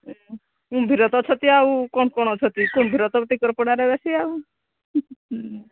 କୁମ୍ଭୀର ତ ଅଛନ୍ତି ଆଉ କ'ଣ କ'ଣ ଅଛନ୍ତି କୁମ୍ଭୀର ତ ଟିକରପଡ଼ାରେ ବେଶୀ ଆଉ